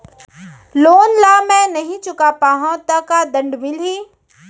Loan ला मैं नही चुका पाहव त का दण्ड मिलही?